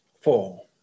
Four